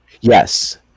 Yes